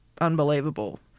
unbelievable